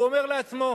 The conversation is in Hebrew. הוא אומר לעצמו: